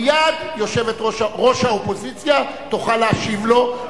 מייד יושבת-ראש האופוזיציה תוכל להשיב לו,